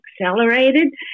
accelerated